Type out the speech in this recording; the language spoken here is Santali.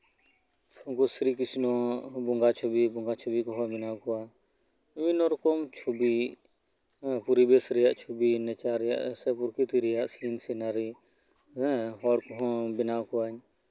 ᱩᱱᱠᱩ ᱥᱨᱤᱠᱨᱤᱥᱱᱚ ᱵᱚᱸᱜᱟ ᱪᱷᱚᱵᱤ ᱵᱚᱸᱜᱟ ᱪᱷᱚᱵᱤ ᱠᱚᱦᱚᱸ ᱵᱮᱱᱟᱣ ᱠᱚᱣᱟ ᱵᱤᱵᱷᱤᱱᱱᱚ ᱨᱚᱠᱚᱢ ᱪᱷᱚᱵᱤ ᱮᱫ ᱯᱚᱨᱤᱵᱮᱥ ᱨᱮᱭᱟᱜ ᱪᱷᱚᱵᱤ ᱱᱮᱪᱟᱨ ᱨᱮᱭᱟᱜ ᱥᱮ ᱯᱨᱚᱠᱤᱛᱤ ᱨᱮᱭᱟᱜ ᱥᱤᱱ ᱥᱤᱱᱟᱨᱤ ᱮᱫ ᱦᱚᱲ ᱠᱚᱸᱦᱚᱧ ᱵᱮᱱᱟᱣ ᱠᱚᱣᱟ